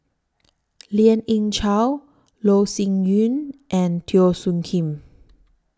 Lien Ying Chow Loh Sin Yun and Teo Soon Kim